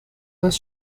was